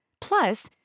Plus